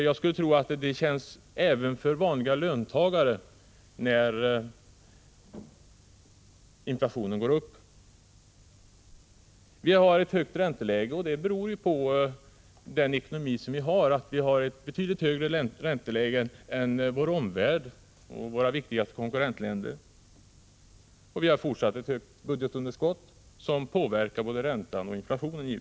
Jag skulle tro att det även för vanliga löntagare känns när inflationen går upp. Vi har ett högt ränteläge, som beror på vår ekonomi. Vi har ett betydligt högre ränteläge än vår omvärld — våra viktigaste konkurrentländer. Vi har fortfarande ett högt budgetunderskott, som givetvis påverkar både räntan och inflationen.